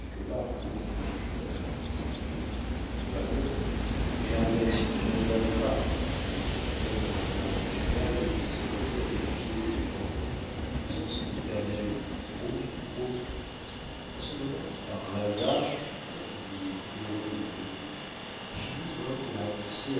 pour convenir du journal dit-il probablement mais la rédaction ne me regarde pas dit le capitaine de la garde impériale qui se remit à vérifier ses bandes en faisant son éternel broum broum en ce moment par un hasard doit-on dire heureux ou malheureux finot vint pour annoncer